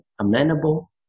amenable